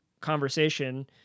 conversation